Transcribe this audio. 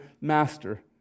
master